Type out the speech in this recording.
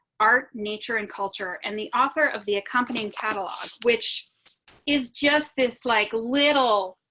our nature and culture and the author of the accompanying catalog, which is just this like little,